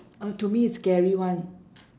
uh to me is scary one